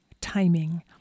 Timing